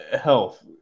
health